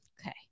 Okay